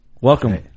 Welcome